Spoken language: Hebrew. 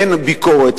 אין ביקורת.